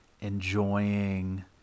enjoying